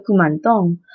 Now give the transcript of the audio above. kumantong